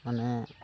ᱢᱟᱱᱮ